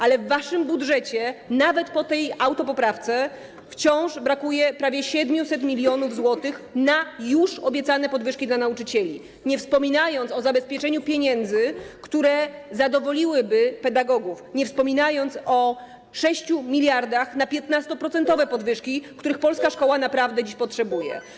Ale w waszym budżecie, nawet po tej autopoprawce, wciąż brakuje prawie 700 mln zł na już obiecane podwyżki dla nauczycieli, nie wspominając o zabezpieczeniu pieniędzy, które zadowoliłyby pedagogów, nie wspominając o 6 mld na 15-procentowe podwyżki, których polska szkoła naprawdę dziś potrzebuje.